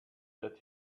that